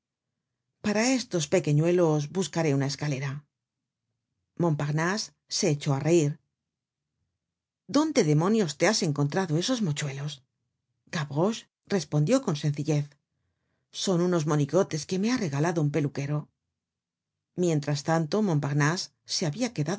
para estos pequeñuelos'buscaré una escalera montparnase se echó á reir dónde demonios te has encontrado esos mochuelos gavroche respondió con sencillez son unos monigotes que me ha regalado un peluquero mientras tanto montparnase se habia quedado